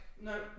no